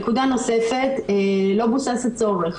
נקודה נוספת, לא בוסס הצורך.